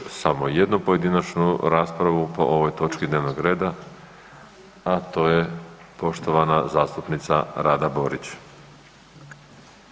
Imamo samo još jednu pojedinačnu raspravu po ovoj točki dnevnog reda, a to je poštovana zastupnica Rada Borić.